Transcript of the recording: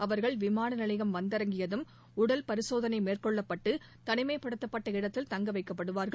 அவர்கள் விமான நிலையம் வந்திறங்கியதும் உடல் பரிசோதனை மேற்கொள்ளப்பட்டு தனிமைப்படுத்தப்பட்ட இடத்தில் தங்க வைக்கப்படுவார்கள்